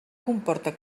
comporta